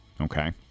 Okay